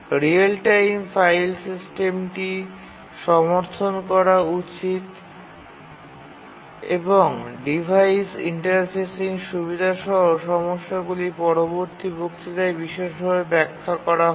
real time file সিস্টেমটি সমর্থন করা উচিত এবং ডিভাইস ইন্টারফেসিং সুবিধাসহ সমস্যাগুলি পরবর্তী বক্তৃতায় বিশদভাবে ব্যাখ্যা করা হবে